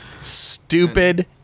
Stupid